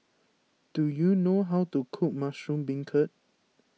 do you know how to cook Mushroom Beancurd